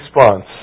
response